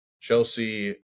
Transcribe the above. Chelsea